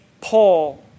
Paul